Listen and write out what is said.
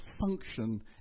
function